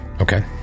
Okay